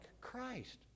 Christ